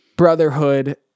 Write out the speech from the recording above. brotherhood